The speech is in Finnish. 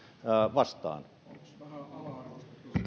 vastaan